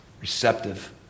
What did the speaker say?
receptive